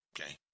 Okay